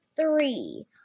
three